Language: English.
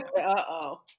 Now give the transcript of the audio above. Uh-oh